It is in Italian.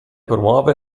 promuove